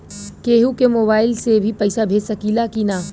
केहू के मोवाईल से भी पैसा भेज सकीला की ना?